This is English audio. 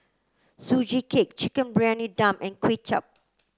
Sugee Cake Chicken Briyani Dum and Kuay Chap